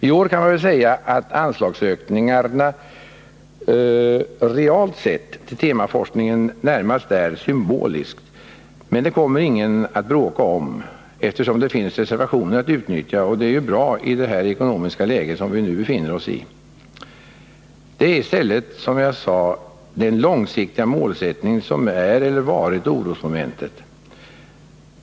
I år kan man väl säga att anslagsökningarna — realt sett — till temaforskningen närmast är symboliska, men det kommer ingen att bråka om, eftersom det finns reservationer att utnyttja — och det är ju bra i det ekonomiska läge som vi nu befinner oss i. Det är i stället, som jag sade, den långsiktiga målsättningen som är eller har varit orosmomentet.